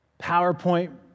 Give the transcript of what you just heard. PowerPoint